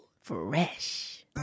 Fresh